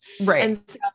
Right